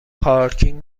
پارکینگ